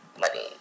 Money